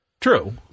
True